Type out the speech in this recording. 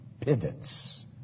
pivots